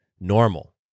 normal